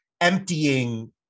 emptying